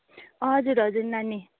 हजुर हजुर नानी